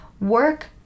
Work